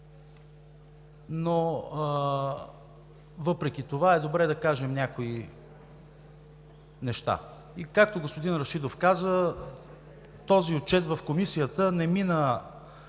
но въпреки това е добре да кажем някои неща. Както и господин Рашидов каза – този Отчет в Комисията не мина